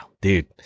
dude